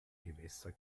gewässer